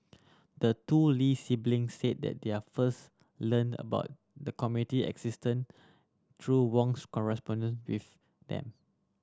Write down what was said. the two Lee sibling said that they are first learned about the committee existence through Wong's correspondence with them